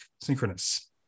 synchronous